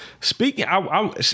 Speaking